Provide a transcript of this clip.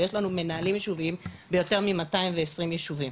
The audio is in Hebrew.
ויש לנו מנהלים יישוביים ביותר מ-220 ישובים,